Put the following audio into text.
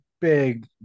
big